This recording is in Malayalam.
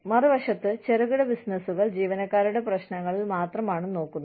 മറുവശത്ത് ചെറുകിട ബിസിനസ്സുകൾ ജീവനക്കാരുടെ പ്രശ്നങ്ങളിൽ മാത്രമാണ് നോക്കുന്നത്